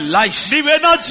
life